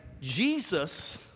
Jesus